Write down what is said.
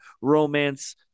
romance